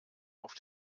auf